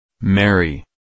Mary